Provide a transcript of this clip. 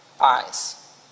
eyes